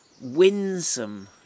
winsome